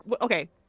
Okay